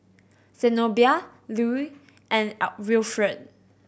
Zenobia Lue and Wilfred